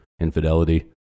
infidelity